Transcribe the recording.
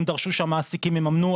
הם דרשו שהמעסיקים יממנו.